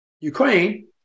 Ukraine